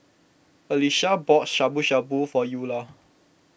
Alesha bought Shabu Shabu for Eulah